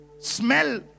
Smell